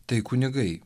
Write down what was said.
tai kunigai